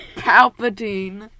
palpatine